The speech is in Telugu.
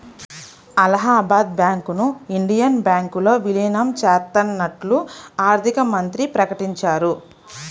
అలహాబాద్ బ్యాంకును ఇండియన్ బ్యాంకులో విలీనం చేత్తన్నట్లు ఆర్థికమంత్రి ప్రకటించారు